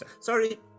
Sorry